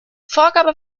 vorgabe